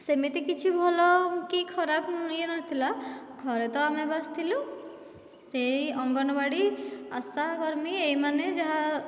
ସେମିତି କିଛି ଭଲ କି ଖରାପ ୟଏ ନଥିଲା ଘରେ ତ ଆମେ ବାସ ଥିଲୁ ସେହି ଅଙ୍ଗନ ବାଡ଼ି ଆଶାକର୍ମୀ ଏହିମାନେ ଯାହା